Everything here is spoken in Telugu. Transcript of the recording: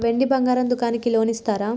వెండి బంగారం దుకాణానికి లోన్ ఇస్తారా?